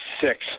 Six